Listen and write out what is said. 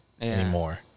anymore